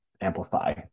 amplify